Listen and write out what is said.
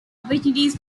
opportunities